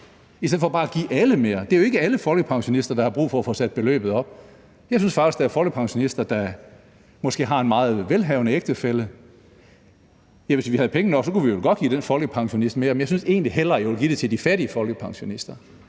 i stedet for bare at give alle mere. Det er jo ikke alle folkepensionister, der har brug for at få sat beløbet op. Der er jo faktisk folkepensionister, der har meget velhavende ægtefæller, og hvis vi havde penge nok kunne vi godt give de folkepensionister mere, men jeg synes egentlig hellere, at jeg vil give dem til de fattige folkepensionister,